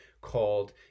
called